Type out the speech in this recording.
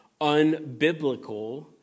unbiblical